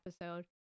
episode